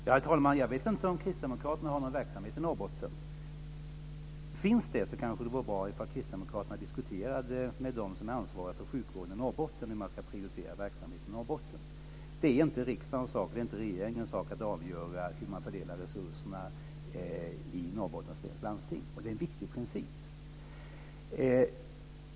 Herr talman! Jag vet inte om kristdemokraterna har någon verksamhet i Norrbotten. Finns det en sådan vore det kanske bra om kristdemokraterna diskuterade med dem som är ansvariga för sjukvården i Norrbotten hur man ska prioritera verksamheten där. Det är inte riksdagens sak och inte regeringens sak att avgöra hur man fördelar resurserna i Norrbottens läns landsting. Det är en viktig princip.